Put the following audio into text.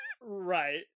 Right